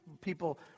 people